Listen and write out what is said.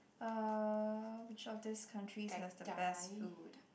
uh which of these countries has the best food